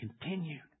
continued